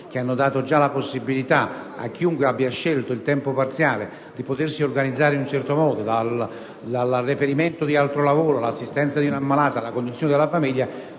vi è stata la possibilità per chiunque abbia scelto il tempo parziale di organizzarsi in un certo modo (dal reperimento di un altro lavoro, all'assistenza di un ammalato, alla conduzione della famiglia)